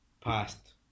past